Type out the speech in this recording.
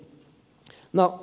eikö niin